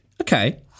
Okay